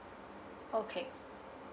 okay